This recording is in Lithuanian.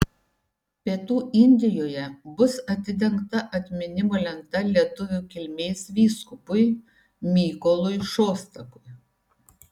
pietų indijoje bus atidengta atminimo lenta lietuvių kilmės vyskupui mykolui šostakui